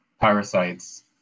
parasites